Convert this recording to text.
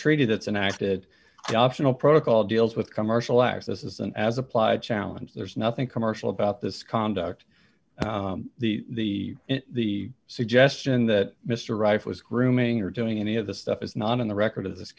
treaty that's an acted optional protocol deals with commercial access isn't as applied challenge there's nothing commercial about this conduct the the suggestion that mr rife was grooming or doing any of the stuff is not in the record of this